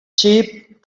cheap